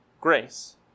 grace